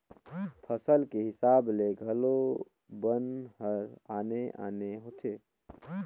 फसल के हिसाब ले घलो बन हर आने आने होथे